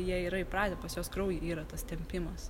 jie yra įpratę pas juos kraujy yra tas tempimas